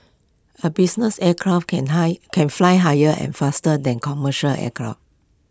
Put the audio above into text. A business aircraft can high can fly higher and faster than commercial aircraft